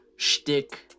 shtick